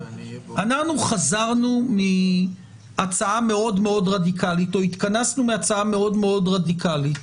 אנחנו חזרנו מהצעה רדיקלית מאוד או התכנסנחו מהצעה רדיקלית